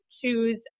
choose